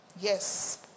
Yes